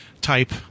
type